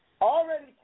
already